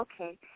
Okay